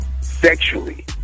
sexually